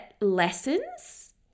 lessons